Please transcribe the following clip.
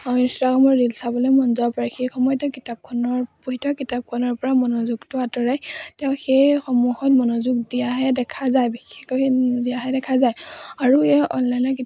ইনষ্টাগ্ৰামৰ ৰীল্চ চাবলৈ মন যাব পাৰে সেই সময়ত তেওঁ কিতাপখনৰ তেওঁ পঢ়ি থকা কিতাপখনৰ পৰা মনোযোগটো আঁতৰাই তেওঁ সেইসমূহত মনোযোগ দিয়াহে দেখা যায় বিশেষকৈ দিয়াহে দেখা যায় আৰু এই অনলাইনত